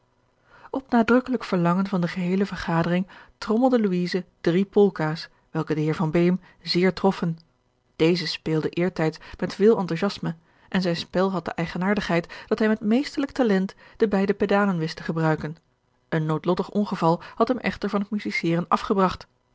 op nadrukkelijk verlangen van de geheele vergadering trommelde louise drie polkaas welke den heer van beem zeer troffen deze speelde eertijds met veel enthousiasme en zijn spel had de eigenaardigheid dat hij met meesterlijk talent de beide pedalen wist te gebruiken een noodlottig ongeval had hem echter van het musiceren afgebragt